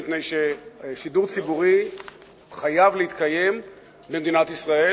מפני ששידור ציבורי חייב להתקיים במדינת ישראל,